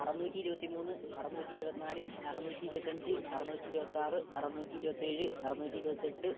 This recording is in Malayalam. അറുന്നൂറ്റി ഇരുപത്തി മൂന്ന് അറുന്നൂറ്റി ഇരുപത്തി നാല് അറുന്നൂറ്റി ഇരുപത്തി അഞ്ച് അറുന്നൂറ്റി ഇരുപത്തി ആറ് അറുന്നൂറ്റി ഇരുപത്തി ഏഴ് അറനൂറ്റി ഇരുപത്തി എട്ട്